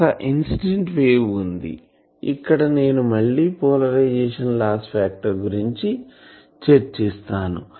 ఒక incident wave వుంది ఇక్కడ నేను మళ్ళి పోలరైజేషన్ లాస్ ఫాక్టర్ గురించి చర్చిస్తాను